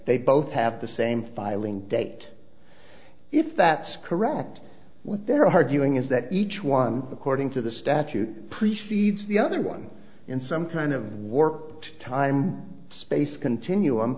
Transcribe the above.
they both have the same filing date if that's correct what they're arguing is that each one according to the statute preceded the other one in some kind of warped time space continuum